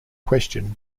questioned